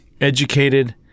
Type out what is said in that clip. educated